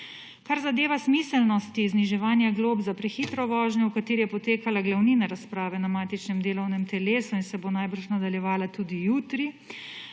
Kar zadeva smiselnosti zniževanja glob za prehitro vožnjo, o kateri je potekala glavnina razprave na matičnem delovnem telesu in se bo najbrž nadaljevala tudi jutri,